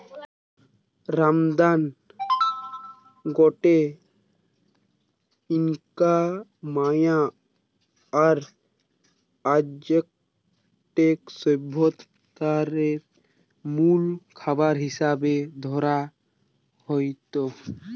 রামদানা গটে Inca, Maya আর অ্যাজটেক সভ্যতারে মুল খাবার হিসাবে ধরা হইত